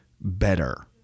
better